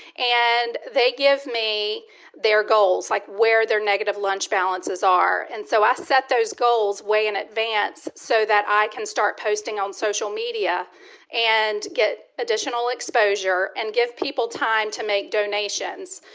and they give me their goals like, where their negative launch balances are. and so i set those goals way in advance so that i can start posting on social media and get additional exposure and give people time to make donations.